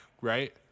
right